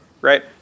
right